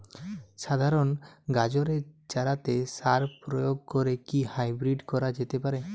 সাধারণ গাজরের চারাতে সার প্রয়োগ করে কি হাইব্রীড করা যেতে পারে?